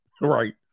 right